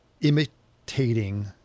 imitating